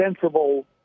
sensible